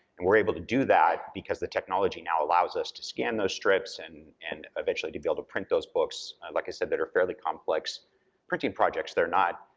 and we're able to do that because the technology now allows us to scan those strips, and and eventually to be able to print those books, like i said, that are fairly complex printing projects that are not,